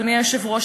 אדוני היושב-ראש,